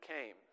came